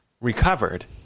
recovered